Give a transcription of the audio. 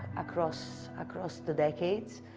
across across the decades.